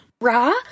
Raw